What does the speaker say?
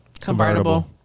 Convertible